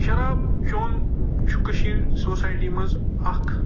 شراب چوٚن چھُ کٔشیٖرِ سوسایٹی منٛز اکھ